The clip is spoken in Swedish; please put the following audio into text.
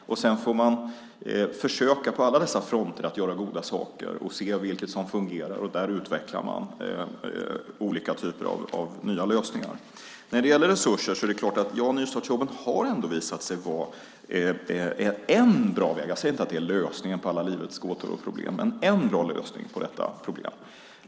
Sedan får man på alla dessa fronter försöka göra goda saker och se vilket som fungerar. Och där utvecklar man olika typer av nya lösningar. När det gäller resurser är det klart att nystartsjobben ändå har visat sig vara en bra väg. Jag säger inte att de är lösningen på livets alla gåtor och problem. Men det är en bra lösning på detta problem.